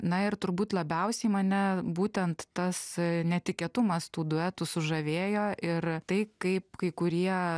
na ir turbūt labiausiai mane būtent tas netikėtumas tų duetų sužavėjo ir tai kaip kai kurie